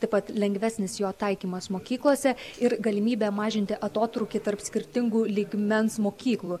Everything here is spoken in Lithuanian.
taip pat lengvesnis jo taikymas mokyklose ir galimybė mažinti atotrūkį tarp skirtingų lygmens mokyklų